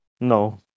No